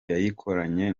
yayikoranye